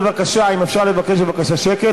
בבקשה, אם אפשר לבקש שקט.